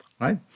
right